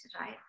right